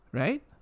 right